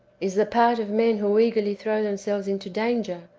is the part of men who eagerly throw themselves into danger,